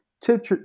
tip